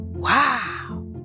Wow